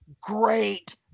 great